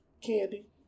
Candy